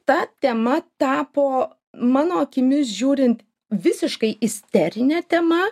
ta tema tapo mano akimis žiūrint visiškai isterine tema